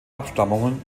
abstammung